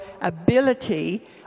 ability